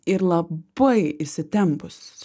ir labai įsitempusios